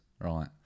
Right